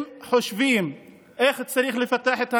אם חושבים איך צריך לפתח את הנגב,